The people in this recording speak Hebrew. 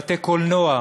בתי-קולנוע,